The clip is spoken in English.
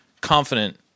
Confident